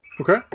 Okay